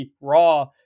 raw